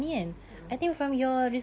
a'ah